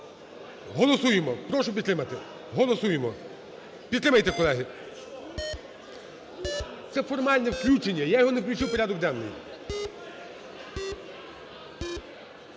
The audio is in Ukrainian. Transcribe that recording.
Голосуємо. Прошу підтримати. Голосуємо. Підтримайте, колеги. Це формальне включення, я його не включив в порядок денний.